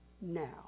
now